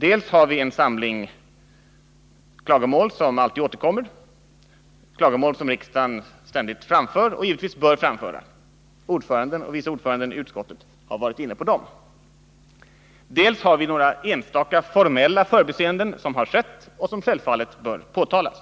Dels har vi en samling klagomål som alltid återkommer, klagomål som riksdagen ständigt framför och givetvis bör framföra — ordföranden och vice ordföranden i utskottet har varit inne på dem —, dels har det skett några enstaka formella förbiseenden som självfallet bör påtalas.